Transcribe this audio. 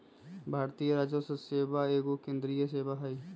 भारतीय राजस्व सेवा एगो केंद्रीय सेवा हइ